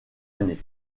années